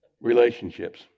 Relationships